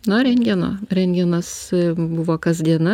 nuo rentgeno rentgenas buvo kas diena